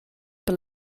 per